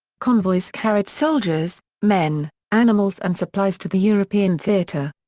convoys carried soldiers, men, animals and supplies to the european theatre.